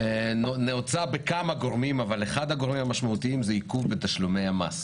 חבר הכנסת קושניר, בבקשה.